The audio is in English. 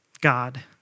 God